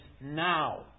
now